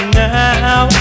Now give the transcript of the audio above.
now